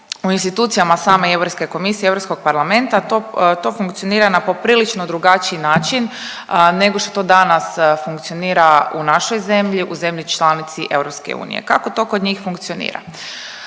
u institucijama same europske komisije, Europskog parlamenta to funkcionira na poprilično drugačiji način nego što to danas funkcionira u našoj zemlji, u zemlji članici EU. Kako to kod njih funkcionira?